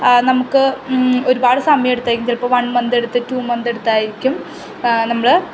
നമുക്ക് ഒരുപാട് സമയമെടുത്തായിരിക്കും ചിലപ്പോൾ വൺ മന്തെടുത്ത് ടു മന്തെടുത്തായിരിക്കും നമ്മൾ